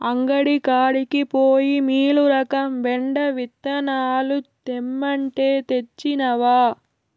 అంగడి కాడికి పోయి మీలురకం బెండ విత్తనాలు తెమ్మంటే, తెచ్చినవా